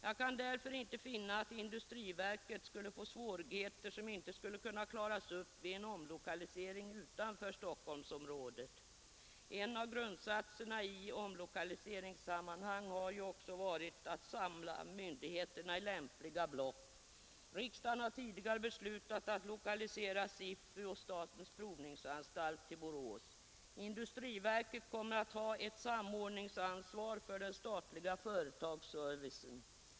Jag kan därför inte finna att industriverket skulle få svårigheter som inte skulle kunna klaras upp vid en omlokalisering utanför Stockholmsområdet. En av grundsatserna i omlokaliseringssammanhang har också varit att samla myndigheterna i lämpliga block. Riksdagen har tidigare beslutat att lokalisera SIFU och statens provningsanstalt till Borås. Industriverket kommer att ha ett samordningsansvar för den statliga företagsservicen.